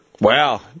wow